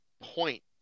point